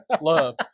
love